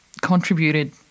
contributed